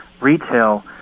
retail